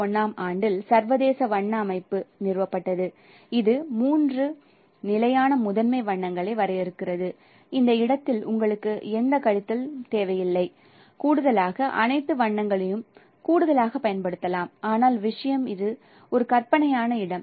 1931 ஆம் ஆண்டில் சர்வதேச வண்ண அமைப்பு நிறுவப்பட்டது இது மூன்று நிலையான முதன்மை வண்ணங்களை வரையறுக்கிறது இந்த இடத்தில் உங்களுக்கு எந்த கழித்தல் தேவையில்லை கூடுதலாக அனைத்து வண்ணங்களையும் கூடுதலாகப் பயன்படுத்தலாம் ஆனால் விஷயம் இது ஒரு கற்பனையான இடம்